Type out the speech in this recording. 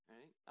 Right